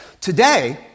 Today